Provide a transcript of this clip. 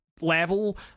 level